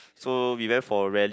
so we went for rally